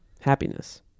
Happiness